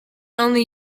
only